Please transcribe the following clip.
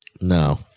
No